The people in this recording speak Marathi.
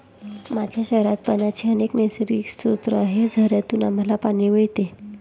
माझ्या शहरात पाण्याचे अनेक नैसर्गिक स्रोत आहेत, झऱ्यांतून आम्हाला पाणी मिळते